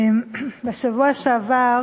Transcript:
בשבוע שעבר